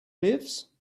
lives